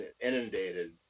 inundated